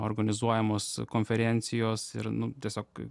organizuojamos konferencijos ir nu tiesiog